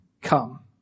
Come